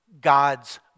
God's